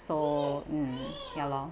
so mm ya lor